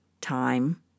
time